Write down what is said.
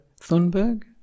Thunberg